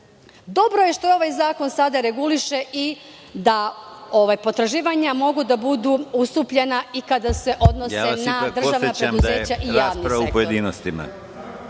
je što ovaj zakon sada reguliše i da potraživanja mogu da budu ustupljena i kada se odnose na državna preduzeća i javni